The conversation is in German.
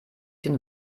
den